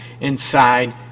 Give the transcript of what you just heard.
inside